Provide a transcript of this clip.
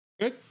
Good